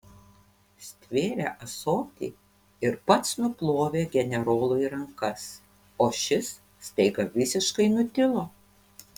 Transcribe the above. stvėrė ąsotį ir pats nuplovė generolui rankas o šis staiga visiškai nutilo